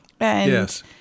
Yes